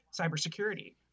cybersecurity